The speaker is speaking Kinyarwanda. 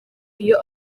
iyo